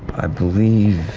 i believe.